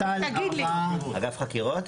אגף חקירות?